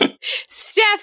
Steph